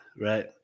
right